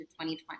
2020